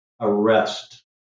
arrest